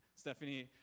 Stephanie